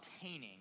obtaining